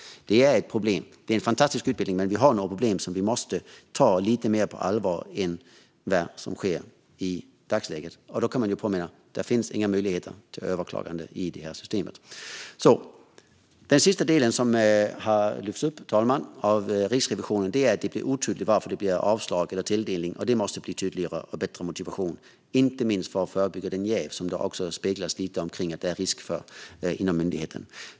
Det är ett problem. Det är en fantastisk utbildning, men vi har några problem som vi måste ta lite mer på allvar än vad som sker i dagsläget. Man kan påminna om att det inte finns några möjligheter till överklagande i detta system. Det sista som lyfts upp av Riksrevisionen, fru talman, är att det är otydligt varför det blir avslag eller tilldelning. Detta måste bli tydligare, med bättre motiveringar, inte minst för att förebygga det jäv som det också sägs finnas risk för inom myndigheten.